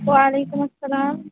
وعلیکم السّلام